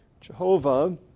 Jehovah